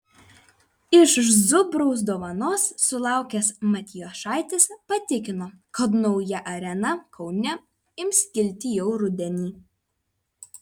iš zubraus dovanos sulaukęs matijošaitis patikino kad nauja arena kaune ims kilti jau rudenį